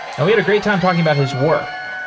and we had a great time talking about his work.